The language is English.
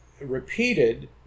repeated